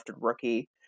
rookie